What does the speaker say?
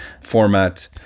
format